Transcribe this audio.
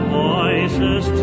voices